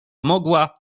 mogła